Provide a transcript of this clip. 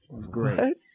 great